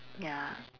ya